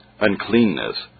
uncleanness